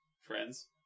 Friends